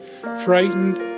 frightened